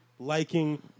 Liking